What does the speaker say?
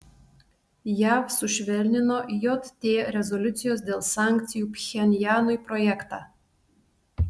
jav sušvelnino jt rezoliucijos dėl sankcijų pchenjanui projektą